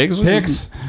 Pigs